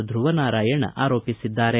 ಧುವನಾರಾಯಣ ಆರೋಪಿಸಿದ್ದಾರೆ